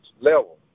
level